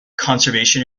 conservation